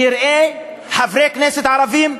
יראה יותר חברי כנסת ערבים.